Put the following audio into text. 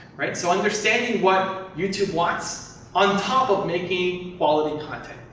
right? so understanding what youtube wants on top of making quality content.